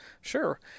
sure